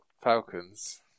Falcons